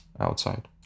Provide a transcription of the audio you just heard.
outside